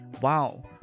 wow